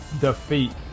defeat